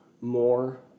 more